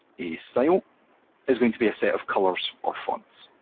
a style is going to be a set of colors or fonts.